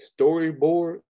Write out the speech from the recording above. storyboard